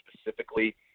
specifically